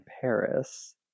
Paris